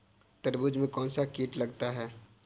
तरबूज में कौनसा कीट लगता है?